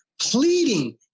pleading